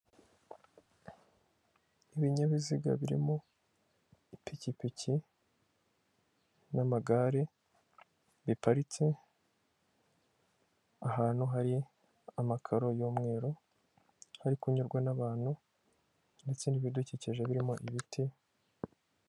Ibinyabiziga birimo ipikipiki n'amagare, biparitse ahantu hari amakaro y'umweru, hari kunyurwa n'abantu, ndetse n'ibidukije birimo ibiti.